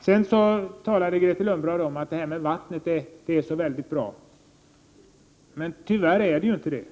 Grethe Lundblad talade om att detta med vattnet är så bra. Tyvärr är det inte riktigt så.